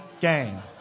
Gang